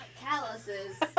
calluses